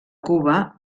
cuba